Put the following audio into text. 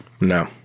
No